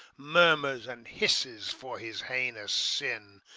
murmurs and hisses for his heinous sin.